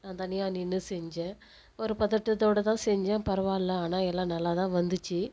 தனியாக நின்று செஞ்சேன் ஒரு பதற்றதோட தான் செஞ்சேன் பரவாயில்லை எல்லாம் நல்லா தான் வந்திச்சு